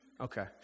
Okay